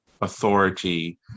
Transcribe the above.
authority